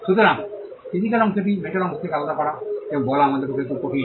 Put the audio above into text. সুতরাং ফিজিক্যাল অংশটি মেন্টাল অংশ থেকে আলাদা করা এবং বলা আমাদের পক্ষে খুব কঠিন